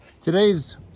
today's